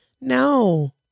No